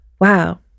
wow